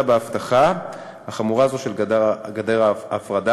החמורה הזו באבטחה של גדר ההפרדה,